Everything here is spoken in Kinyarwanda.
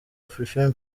afrifame